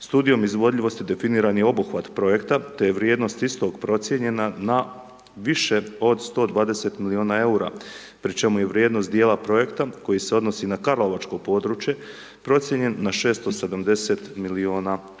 Studijom izvodljivosti definiran je obuhvat projekta te je vrijednost istog procijenjena na više od 120 miliona EUR-a pri čemu je vrijednost dijela projekta koji se odnosi na karlovačko područje procijenjen na 670 miliona kuna.